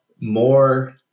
more